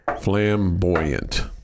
Flamboyant